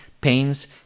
pains